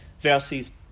verses